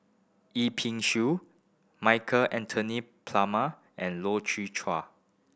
Yip Pin Xiu Michael Anthony Palmer and Loy Chye Chuan